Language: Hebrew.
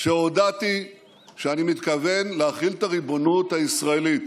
כשהודעתי שאני מתכוון להחיל את הריבונות הישראלית